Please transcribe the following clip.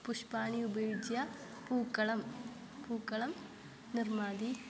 पुष्पाणि उपयुज्य पूक्कळं पूक्कळं निर्माति